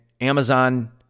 Amazon